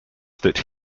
that